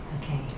Okay